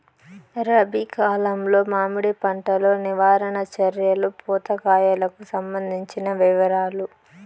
రబి కాలంలో మామిడి పంట లో నివారణ చర్యలు పూత కాయలకు సంబంధించిన వివరాలు?